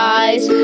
eyes